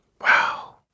Wow